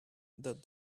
that